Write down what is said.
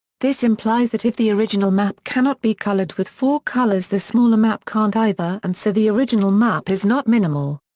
this implies that if the original map cannot be colored with four colors the smaller map can't either and so the original map is not minimal.